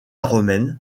romaine